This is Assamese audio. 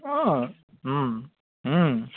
অঁ